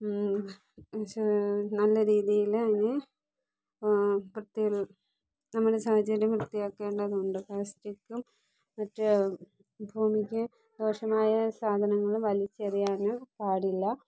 നല്ല രീതിയിൽ അതിനെ വൃത്തി നമ്മുടെ സാഹചര്യം വൃത്തിയാക്കേണ്ടതുണ്ട് പ്ലാസ്റ്റിക്കും മറ്റു ഭൂമിക്ക് ദോഷമായ സാധനങ്ങൾ വലിച്ചെറിയാനോ പാടില്ല